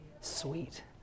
sweet